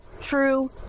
true